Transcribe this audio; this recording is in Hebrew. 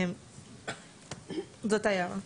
זאת ההערה.